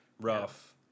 rough